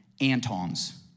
Anton's